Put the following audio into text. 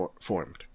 formed